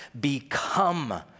become